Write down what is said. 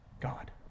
God